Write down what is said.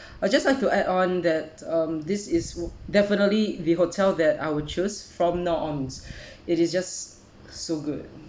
I just like to add on that um this is definitely the hotel that I will choose from now on it is just so good